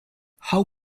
how